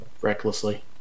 Recklessly